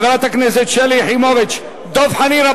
חברת הכנסת שלי יחימוביץ ודב חנין.